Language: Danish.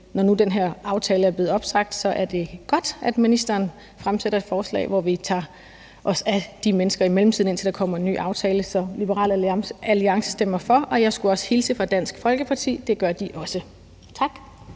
når nu den her aftale er blevet opsagt, er det godt, at ministeren fremsætter et forslag, hvor vi tager os af de mennesker i mellemtiden, indtil der kommer en ny aftale. Så Liberal Alliance stemmer for forslaget, og jeg skulle også hilse fra Dansk Folkeparti og sige, at det gør de også. Tak.